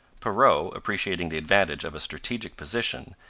perrot, appreciating the advantage of a strategic position,